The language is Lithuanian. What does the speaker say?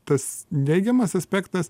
tas neigiamas aspektas